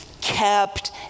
kept